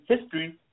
history